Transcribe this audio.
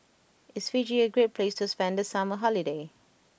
is Fiji a great place to spend the summer holiday